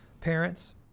parents